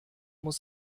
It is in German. muss